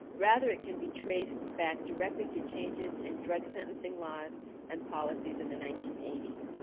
rather, it can be traced back directly to changes in drug sentencing laws and policies in the nineteen eighty s.